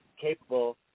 capable